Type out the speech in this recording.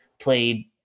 played